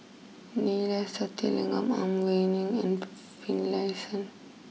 Neila Sathyalingam Ang Wei Neng and Finlayson